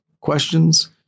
questions